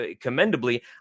commendably